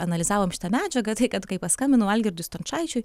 analizavom šitą medžiagą tai kad kai paskambinau algirdui stončaičiui